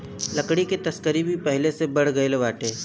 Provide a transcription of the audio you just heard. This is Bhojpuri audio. लकड़ी के तस्करी भी पहिले से बढ़ गइल बाटे